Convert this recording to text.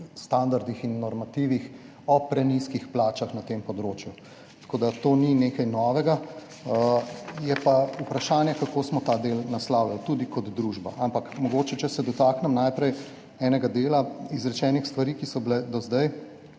standardih in normativih, o prenizkih plačah na tem področju, tako da to ni nekaj novega, je pa vprašanje, kako smo ta del naslavljali tudi kot družba. Če se mogoče dotaknem najprej enega dela stvari, ki so bile izrečene